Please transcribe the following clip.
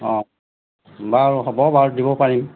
অঁ বাৰু হ'ব বাৰু দিব পাৰিম